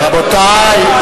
רבותי.